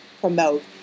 promote